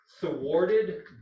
thwarted